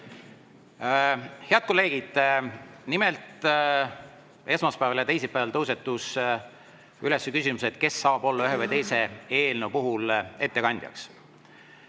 Head kolleegid! Nimelt, esmaspäeval ja teisipäeval tõusetus küsimus, kes saab olla ühe või teise eelnõu puhul ettekandja.